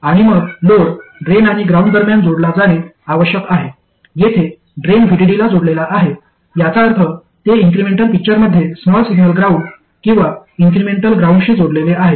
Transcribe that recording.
आणि मग load drain आणि ग्राउंड दरम्यान जोडला जाणे आवश्यक आहे येथे ड्रेन VDD ला जोडलेला आहे याचा अर्थ ते इन्क्रिमेंटल पिक्चरमध्ये स्मॉल सिग्नल ग्राउंड किंवा इन्क्रिमेंटल ग्राउंडशी जोडलेले आहे